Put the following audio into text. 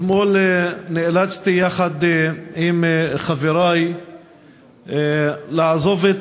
אתמול נאלצתי יחד עם חברי לעזוב את